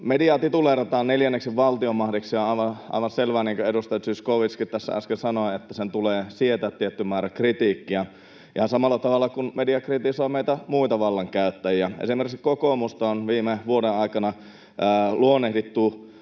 Mediaa tituleerataan neljänneksi valtiomahdiksi, ja on aivan selvää, niin kuin edustaja Zyskowiczkin tässä äsken sanoi, että sen tulee sietää tietty määrä kritiikkiä, ihan samalla tavalla kuin media kritisoi meitä muita vallankäyttäjiä. Esimerkiksi kokoomusta on viime vuoden aikana luonnehdittu